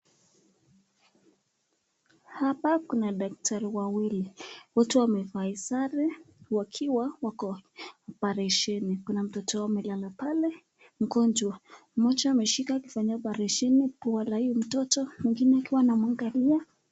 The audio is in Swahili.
Hapa kuna daktari wawili wote wamevaa sare wakiwa oparesheni , kuna mtoto amelala pale mgonjwa mmoja ameshika kufanya oparesheni kwa huyo mtoto mwingine akiwa anamwangalia.